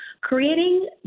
creating